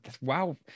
Wow